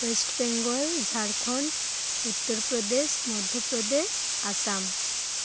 West Bengal Jharkhand Uttar Pradesh Madhya Pradesh Assam